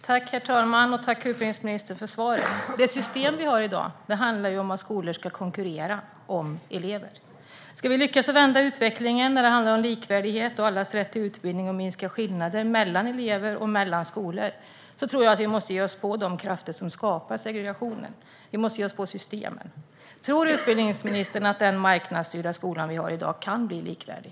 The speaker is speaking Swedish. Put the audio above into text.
Herr talman! Tack, utbildningsministern, för svaret! Det system som vi har i dag innebär ju att skolorna ska konkurrera om elever. Ska vi lyckas att vända utvecklingen när det handlar om likvärdighet, om allas rätt till utbildning och om att minska skillnaderna mellan elever och mellan skolor, då tror jag att vi måste ge oss på de krafter som skapar segregation. Vi måste ge oss på systemen. Tror utbildningsministern att den marknadsstyrda skola som vi har i dag kan bli likvärdig?